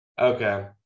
Okay